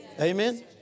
Amen